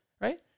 right